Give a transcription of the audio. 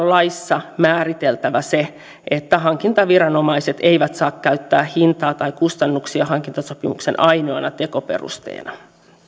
laissa määriteltävä se että hankintaviranomaiset eivät saa käyttää hintaa tai kustannuksia hankintasopimuksen ainoana tekoperusteena